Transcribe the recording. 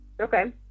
Okay